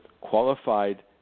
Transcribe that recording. qualified